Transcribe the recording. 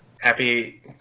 Happy